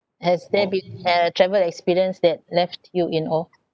has there been a travel experience that left you in awe